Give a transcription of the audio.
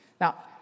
Now